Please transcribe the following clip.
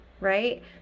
right